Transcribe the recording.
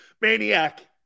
Maniac